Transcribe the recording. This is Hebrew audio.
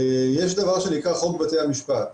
יש דבר שנקרא חוק בתי המשפט.